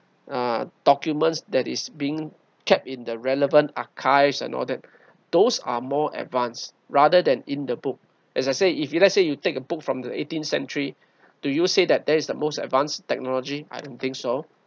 uh documents that is being kept in the relevant archives and all that those are more advanced rather than in the book as I say if you let's say you take a book from the eighteenth century do you say that that is the most advanced technology I don't think so